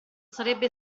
sarebbe